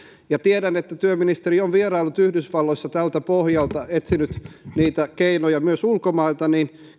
tiedän että työministeri on vieraillut yhdysvalloissa tältä pohjalta etsinyt niitä keinoja myös ulkomailta